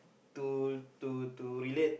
to to to relate